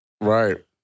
Right